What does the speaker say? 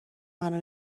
منو